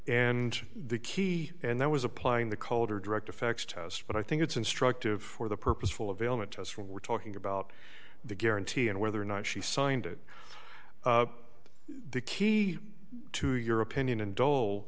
and the key and that was applying the cold or direct effects test but i think it's instructive for the purposeful of ailment us when we're talking about the guarantee and whether or not she signed it the key to your opinion and dole